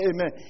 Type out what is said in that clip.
Amen